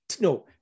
no